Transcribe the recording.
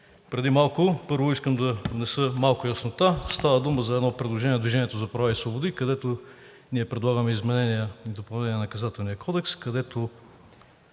преди малко, първо искам да внеса малко яснота. Става дума за едно предложение на „Движение за права и свободи“. Ние предлагаме изменение и допълнение на Наказателния кодекс, където